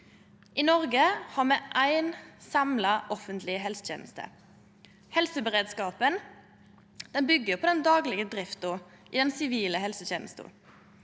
I Noreg har me éi samla offentleg helseteneste. Helseberedskapen byggjer på den daglege drifta i den sivile helsetenesta.